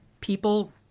people